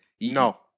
No